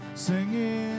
singing